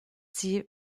sie